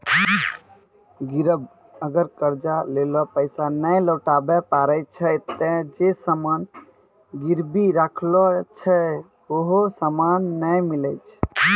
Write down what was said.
गिरब अगर कर्जा लेलो पैसा नै लौटाबै पारै छै ते जे सामान गिरबी राखलो छै हौ सामन नै मिलै छै